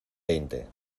veinte